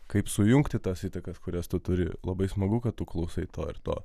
kaip sujungti tas įtakas kurias tu turi labai smagu kad tu klausai to ir to